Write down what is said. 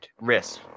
Risk